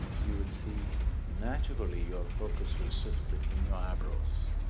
you will see naturally your focus will shift between your eyebrows.